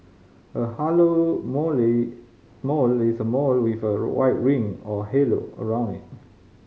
a halo mole mole is a mole with a white ring or halo around it